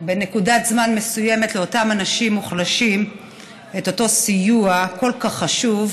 בנקודת זמן מסוימת לאותם אנשים מוחלשים את אותו סיוע כל כך חשוב.